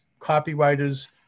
Copywriters